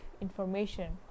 information